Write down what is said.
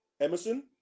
Emerson